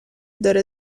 داره